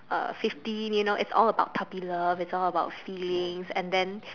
uh fifteen you know it's all about puppy love it's all about feelings and then